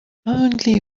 only